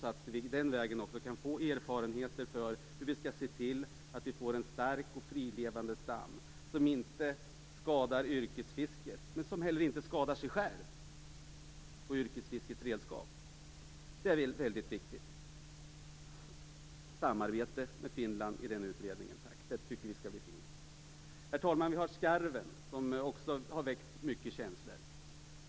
På det sättet kan vi få erfarenheter av hur man skall se till att sälstammen blir stark och frilevande som varken skadar yrkesfisket eller sig själv på yrkesfiskets redskap. Samarbete med Finland i den utredningen är väldigt viktigt. Herr talman! Också skarven har väckt mycket känslor.